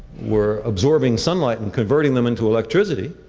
were absorbing sunlight and converting them into electricity,